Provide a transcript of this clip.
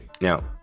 Now